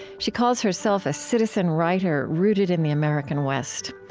she calls herself a citizen writer rooted in the american west.